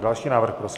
Další návrh prosím.